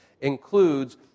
includes